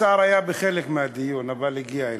השר היה בחלק מהדיון, אבל הגיע אליו.